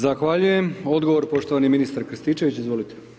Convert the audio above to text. Zahvaljujem odgovor poštovani ministar Krstičević, izvolite.